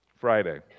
Friday